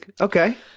Okay